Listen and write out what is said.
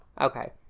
Okay